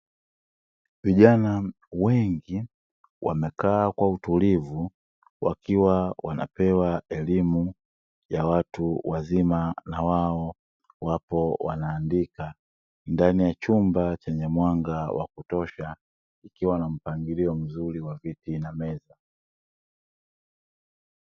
Vijana wengi wanakaa kwa utulivu, wakiwa wanapewa elimu ya watu wazima, na wao wapo wanaandika ndani ya chumba chenye mwanga wa kutosha, ikiwa na mpangilio mzuri wa viti na meza.